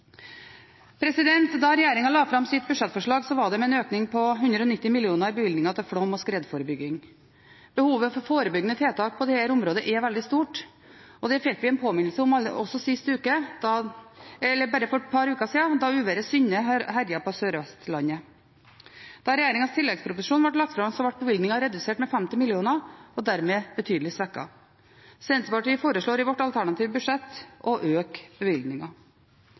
Da regjeringen la fram sitt budsjettforslag, var det med en økning på 190 mill. kr i bevilgninger til flom- og skredforebygging. Behovet for forebyggende tiltak på dette området er veldig stort. Det fikk vi en påminnelse om for bare et par uker siden, da uværet Synne herjet på Sør-Vestlandet. Da regjeringens tilleggsproposisjon ble lagt fram, var bevilgningen redusert med 50 mill. kr og dermed betydelig svekket. Senterpartiet foreslår i sitt alternative budsjett å øke